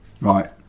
Right